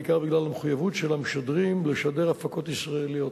בעיקר בגלל המחויבות של המשדרים לשדר הפקות ישראליות.